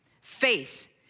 faith